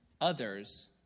others